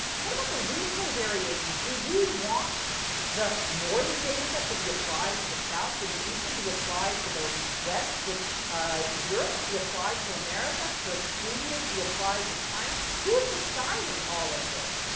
what about the regional variation? do you want the northern northern data set to be applied to the south? should the eastern be applied to the west? should europe be applied to america? should india's be applied to china? who's deciding all of this?